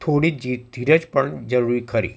થોડી ધીરજ પણ જરૂરી ખરી